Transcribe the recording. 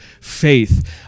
faith